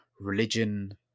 religion